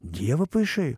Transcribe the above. dievą paišai